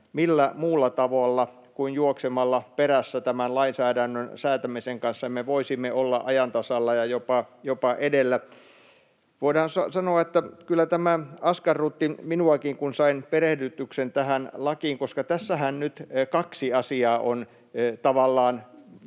millä muulla tavalla kuin juoksemalla perässä tämän lainsäädännön säätämisen kanssa me voisimme olla ajan tasalla ja jopa edellä. Voidaan sanoa, että kyllä tämä askarrutti minuakin, kun sain perehdytyksen tähän lakiin, koska tässähän nyt tavallaan